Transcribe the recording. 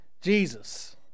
Jesus